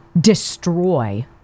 destroy